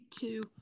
Two